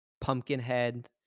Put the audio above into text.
Pumpkinhead